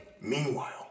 Meanwhile